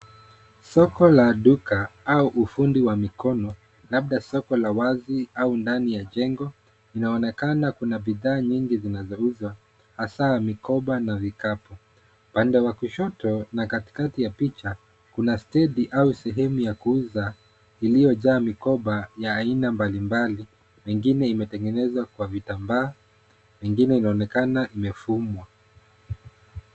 Soko la duka au ufundi wa mikono labda soko la wazi au ndani ya jengo inaonekana kuna bidhaa nyingi zinazouzwa hasa mikoba na vikapu. Upande wa kushoto na katikati ya picha kuna stendi au sehemu ya kuuza iliyojaa mikoba ya aina mbalimbali, mengine imetengenezwa kwa vitambaa, mengine inaonekana imefumwa.